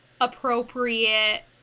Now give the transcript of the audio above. appropriate